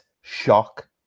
Shock